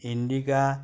Indica